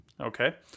Okay